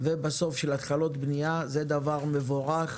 ובסוף של התחלות בנייה, זה דבר מבורך,